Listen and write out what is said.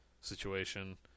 situation